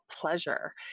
pleasure